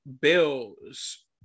bills